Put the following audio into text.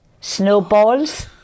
snowballs